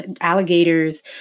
alligators